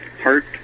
heart